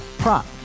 prop